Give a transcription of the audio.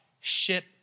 ship